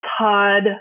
Todd